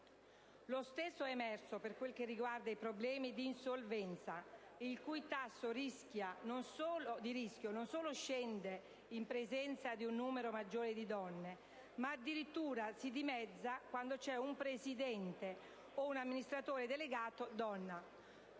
Lo stesso è emerso, per quel che riguarda i problemi di insolvenza, il cui tasso di rischio non solo scende in presenza di un numero maggiore di donne, ma addirittura si dimezza quando c'è un presidente o un amministratore delegato donna.